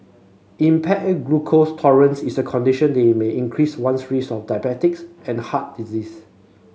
impaired glucose tolerance is a condition that may increase one's risk of diabetes and heart disease